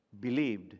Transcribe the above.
Believed